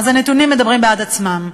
אז הנתונים מדברים בעד עצמם.